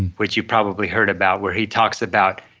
which you probably heard about, where he talks about,